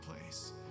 place